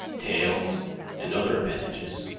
tails and other appendages.